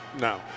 No